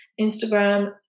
Instagram